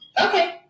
Okay